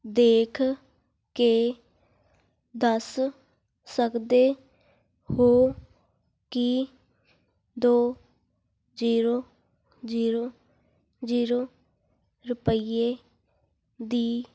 ਦੇਖ ਕੇ ਦੱਸ ਸਕਦੇ ਹੋ ਕਿ ਦੋ ਜ਼ੀਰੋ ਜ਼ੀਰੋ ਜ਼ੀਰੋ ਰੁਪਈਏ ਦੀ